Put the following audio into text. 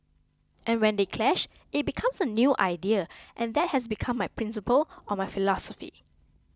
and when they clash it becomes a new idea and that has become my principle or my philosophy